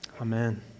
Amen